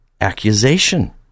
accusation